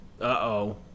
Uh-oh